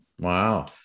Wow